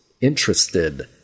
interested